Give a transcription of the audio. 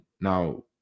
Now